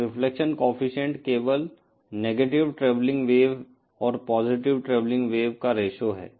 तो reflection coefficient केवल negative travelling wave और पॉजिटिव ट्रैवेलिंग वेव का रेश्यो है